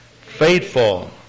Faithful